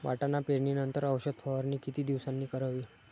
वाटाणा पेरणी नंतर औषध फवारणी किती दिवसांनी करावी?